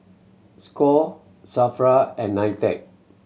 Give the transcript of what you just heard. score SAFRA and NITEC